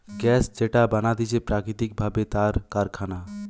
gas যেটা বানাতিছে প্রাকৃতিক ভাবে তার কারখানা